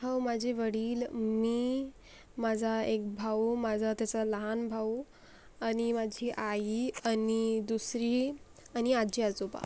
हो माझे वडील मी माझा एक भाऊ माझा त्याचा लहान भाऊ आणि माझी आई आणि दुसरी आणि आजी आजोबा